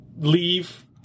leave